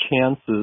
chances